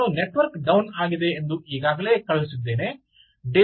ನಾನು network down ಆಗಿದೆ ಎಂದು ಈಗಾಗಲೇ ಕಳುಹಿಸಿದ್ದೇನೆ